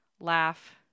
Laugh